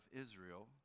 Israel